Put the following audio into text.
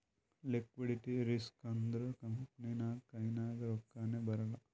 liquidity risk ಅಂದುರ್ company ನಾಗ್ ಕೈನಾಗ್ ರೊಕ್ಕಾನೇ ಬರಲ್ಲ